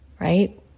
right